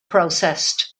processed